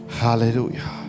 hallelujah